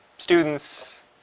Students